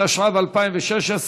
התשע"ו 2016,